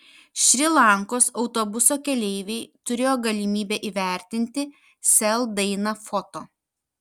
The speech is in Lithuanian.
šri lankos autobuso keleiviai turėjo galimybę įvertinti sel dainą foto